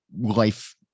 life